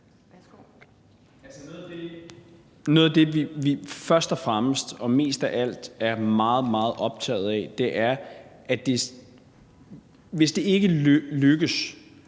Noget af det, vi først og fremmest og mest af alt er meget, meget optaget af, er: Hvis det ikke lykkes